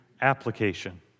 application